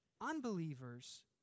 unbelievers